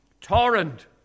torrent